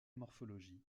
morphologie